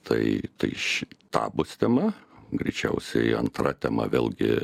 tai tai ši tabo stema greičiausiai antra tema vėlgi